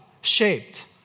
shaped